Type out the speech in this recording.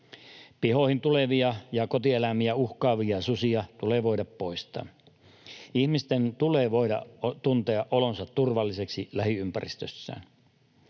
Pihoihin tulevia ja kotieläimiä uhkaavia susia tulee voida poistaa. Ihmisten tulee voida tuntea olonsa turvalliseksi lähiympäristössään.